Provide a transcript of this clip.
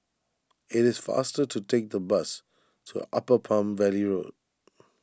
it is faster to take the bus to Upper Palm Valley Road